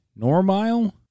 Normile